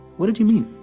what did you mean?